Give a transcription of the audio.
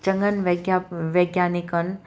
चङनि वैज्ञाप वैज्ञानिकनि